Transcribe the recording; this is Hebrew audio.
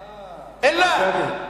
כאן.